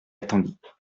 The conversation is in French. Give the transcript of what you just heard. attendit